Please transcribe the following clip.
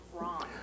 wrong